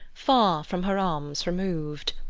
far from her arms removed,